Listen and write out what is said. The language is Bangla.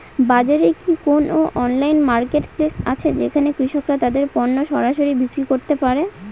বাজারে কি কোন অনলাইন মার্কেটপ্লেস আছে যেখানে কৃষকরা তাদের পণ্য সরাসরি বিক্রি করতে পারে?